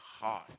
heart